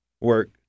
work